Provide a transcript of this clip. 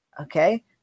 okay